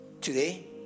today